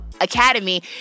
Academy